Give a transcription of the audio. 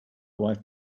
wife